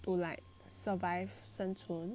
to like survive 生存